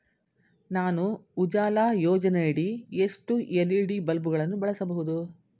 ನಾನು ಉಜಾಲ ಯೋಜನೆಯಡಿ ಎಷ್ಟು ಎಲ್.ಇ.ಡಿ ಬಲ್ಬ್ ಗಳನ್ನು ಬಳಸಬಹುದು?